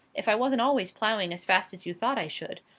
if i wasn't always plowing as fast as you thought i should.